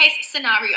scenario